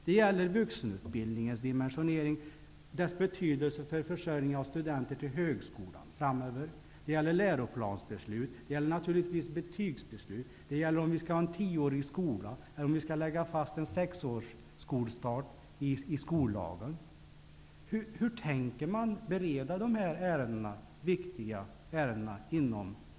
Det gäller vuxenutbildningens dimensionering och dess betydelse för försörjningen av studenter till högskolan. Det gäller läroplansbeslut. Det gäller naturligtvis betygsbeslut. Det gäller om vi skall ha en tioårig skola eller om vi skall lägga fast en skolstart vid sex års ålder i skollagen. Herr talman!